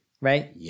right